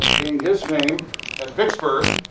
gained his fame at vicksburg